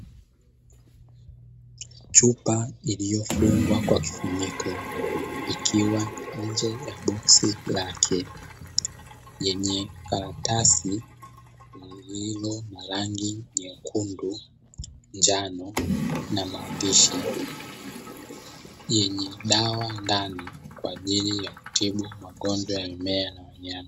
Chupa iliyofungwa kwa kifuniko ikiwa nje ya boksi lake yenye karatasi lililo na rangi nyekundu, njano na maandishi yenye dawa ndani kwaajili ya kutibu magonjwa ya mimea na wanyama.